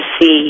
see